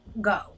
go